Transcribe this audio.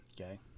okay